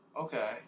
okay